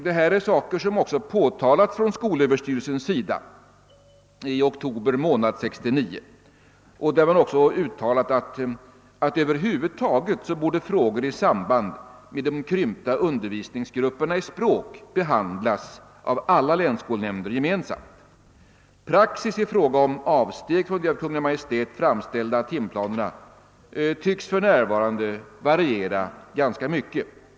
Detta förhållande har också påtalats från skolöverstyrelsens sida i oktober 1969. Därvid har man även uttalat att över huvud taget borde frågor i samband med de krympta undervisningsgrupperna i språk behandlas av alla länsskolnämnder gemensamt. Praxis i fråga om avsteg från de av Kungl. Maj:t fastställda timplanerna tycks för närvarande variera ganska mycket.